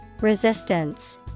Resistance